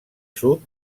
sud